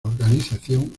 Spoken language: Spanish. organización